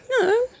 No